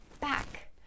back